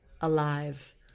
alive